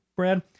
Brad